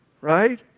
right